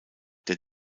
der